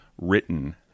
written